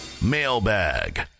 mailbag